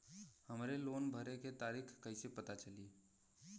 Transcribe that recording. हमरे लोन भरे के तारीख कईसे पता चली?